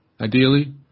ideally